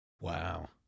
Wow